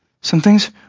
something's